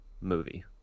movie